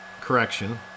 correction